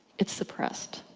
it's suppressed.